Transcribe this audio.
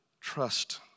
trust